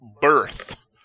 birth